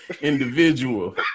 individual